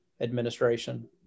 administration